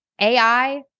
AI